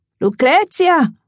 Lucrezia